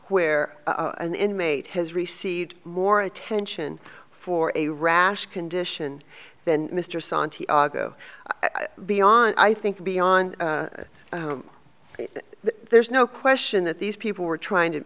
where an inmate has received more attention for a rash condition than mr santiago beyond i think beyond that there's no question that these people were trying to